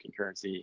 concurrency